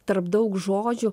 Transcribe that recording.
tarp daug žodžių